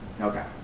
Okay